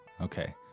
Okay